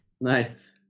Nice